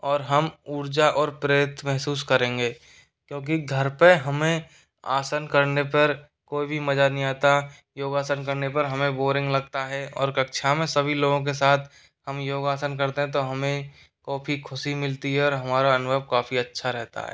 और हम ऊर्जा और प्रेरित महसूस करेंगे क्योंकि घर पे हमें आसन करने पर कोई भी मज़ा नहीं आता योगासन करने पर हमें बोरिंग लगता है और कक्षा में सभी लोगों के साथ हम योगासन करते हैं तो हमें काफ़ी खुशी मिलती है और हमारा अनुभव काफ़ी अच्छा रहता है